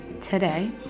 today